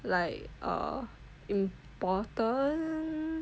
like err important